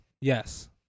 Yes